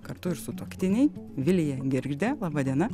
kartu ir sutuoktiniai vilija girgždė laba diena